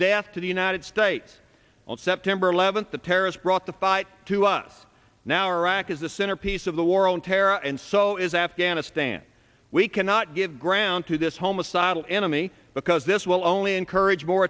death to the united states on september eleventh the terrorist brought the fight to us now arac is the centerpiece of the war on terror and so is afghanistan we cannot give ground to this home of sidled enemy because this will only encourage more